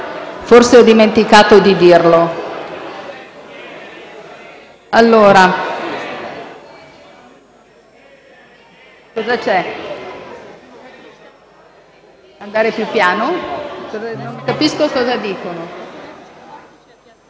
Forse ho dimenticato di chiarirlo.